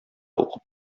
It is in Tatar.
укып